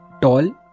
tall